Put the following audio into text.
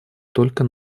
только